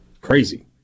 crazy